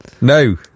No